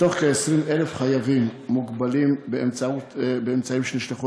מתוך כ-20,000 חייבים מוגבלים באמצעים שנשלחו